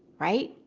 right?